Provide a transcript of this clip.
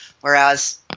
whereas